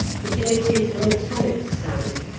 it emitted a metallic sound,